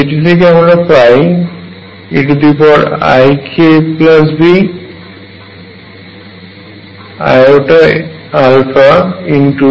যেটি থেকে আমরা পাই eikabiα